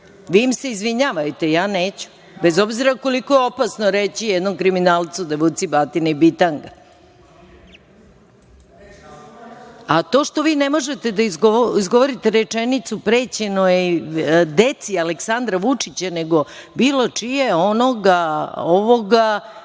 Vi im se izvinjavajte, ja neću. Bez obzira koliko je opasno reći jednom kriminalcu da je vucibatina i bitanga. To što vi ne možete da izgovorite rečenicu, prećeno je deci Aleksandra Vučića nego bilo čije, ovoga, onoga,